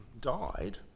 died